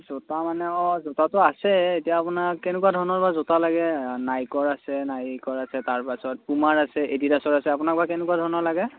জোতা মানে অঁ জোতাটো আছে এতিয়া আপোনাক কেনেকুৱা ধৰণৰ বা জোতা লাগে নাইকৰ আছে নাইকৰ আছে তাৰপাছত পোমাৰ আছে এডিদাছৰ আছে আপোনাক বা কেনেকুৱা ধৰণৰ লাগে